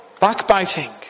Backbiting